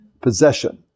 possession